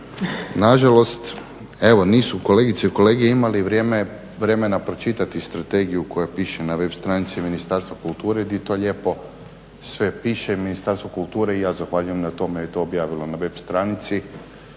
nažalost. Evo nisu kolegice i kolege imali vremena pročitati strategiju koja piše na web stranici Ministarstva kulture di to lijepo sve piše, i Ministarstvo kulture i ja zahvaljujem na tome jer je to objavilo na web stranici